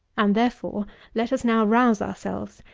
and therefore let us now rouse ourselves,